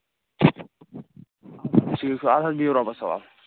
اَدٕ حظ بِہِو رۄبَس حَوالہٕ